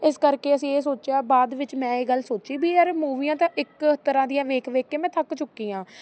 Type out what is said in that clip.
ਇਸ ਕਰਕੇ ਅਸੀਂ ਇਹ ਸੋਚਿਆ ਬਾਅਦ ਵਿੱਚ ਮੈਂ ਇਹ ਗੱਲ ਸੋਚੀ ਵੀ ਯਾਰ ਮੂਵੀਆਂ ਤਾਂ ਇੱਕ ਤਰ੍ਹਾਂ ਦੀਆਂ ਵੇਖ ਵੇਖ ਕੇ ਮੈਂ ਥੱਕ ਚੁੱਕੀ ਹਾਂ